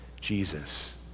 Jesus